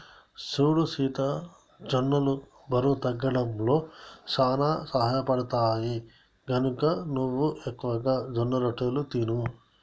సూడు సీత జొన్నలు బరువు తగ్గడంలో సానా సహయపడుతాయి, గనక నువ్వు ఎక్కువగా జొన్నరొట్టెలు తిను